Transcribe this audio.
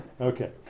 Okay